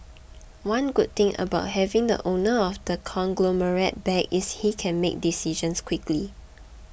one good thing about having the owner of the conglomerate back is he can make decisions quickly